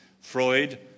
Freud